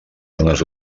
zones